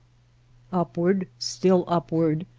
upward, still upward,